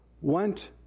went